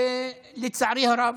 ולצערי הרב,